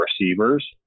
receivers